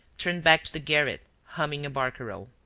turned back to the garret, humming a barcarolle.